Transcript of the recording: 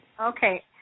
Okay